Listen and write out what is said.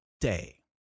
day